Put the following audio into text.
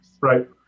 Right